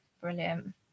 brilliant